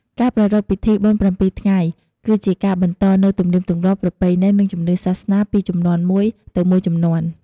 ការប្រារព្ធពិធីបុណ្យប្រាំពីរថ្ងៃ គឺជាការបន្តនូវ ទំនៀមទម្លាប់ ប្រពៃណី និងជំនឿសាសនា ពីជំនាន់មួយទៅមួយជំនាន់។